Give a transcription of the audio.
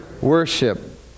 worship